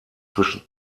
zwischen